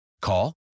Call